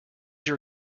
your